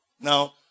Now